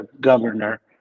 governor